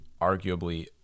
arguably